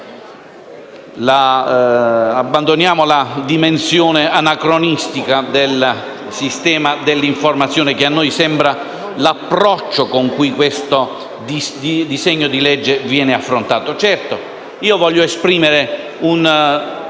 Abbandoniamo la dimensione anacronistica del sistema dell'informazione, che a noi sembra l'approccio con cui questo disegno di legge viene affrontato.